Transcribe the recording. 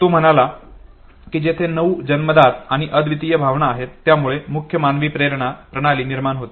तो म्हणाला की तेथे नऊ जन्मजात आणि अद्वितीय भावना आहेत ज्यामुळे मुख्य मानवी प्रेरणा प्रणाली निर्माण होते